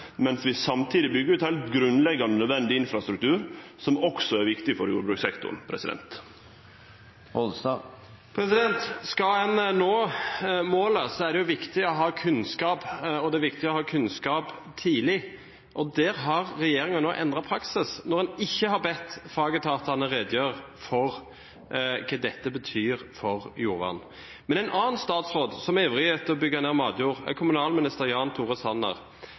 mens vi samtidig byggjer ut heilt grunnleggjande nødvendig infrastruktur, som også er viktig for jordbrukssektoren. Skal en nå målene, er det viktig å ha kunnskap, og det er viktig å ha kunnskap tidlig. Der har regjeringen nå endret praksis når en ikke har bedt fagetatene redegjøre for hva dette betyr for jordvernet. En annen statsråd som er ivrig etter å bygge ned matjord, er kommunalminister Jan Tore Sanner.